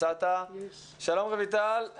שלום רויטל,